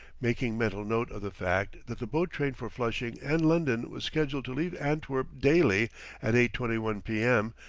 making mental note of the fact that the boat-train for flushing and london was scheduled to leave antwerp daily at eight twenty one p. m,